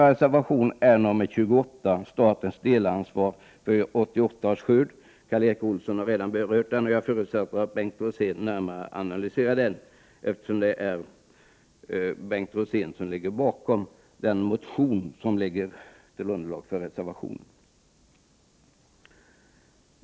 Reservation nr 28, statens delansvar för 1988 års skörd, har redan berörts av Karl Erik Olsson, och jag förutsätter att Bengt Rosén närmare analyserar den, eftersom Bengt Rosén ligger bakom den motion som utgör underlag för reservationen.